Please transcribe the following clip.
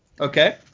okay